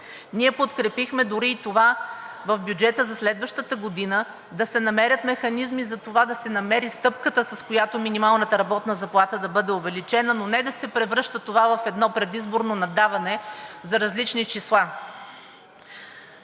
Ние подкрепихме дори и в бюджета за следващата година да се намерят механизми за това, да се намери стъпката, с която минималната работна заплата да бъде увеличена, но не да се превръща това в едно предизборно наддаване за различни числа.